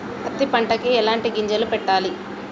పత్తి పంటకి ఎలాంటి గింజలు పెట్టాలి?